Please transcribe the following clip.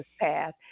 path